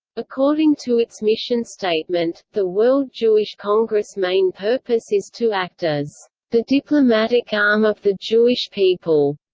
according to its mission statement, the world jewish congress' main purpose is to act as the diplomatic arm of the jewish people.